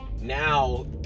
now